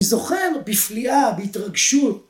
זוכר בפליאה, בהתרגשות.